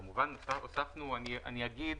כמובן, הוספנו אני אגיד